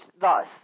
thus